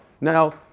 now